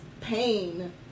pain